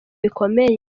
bikomeye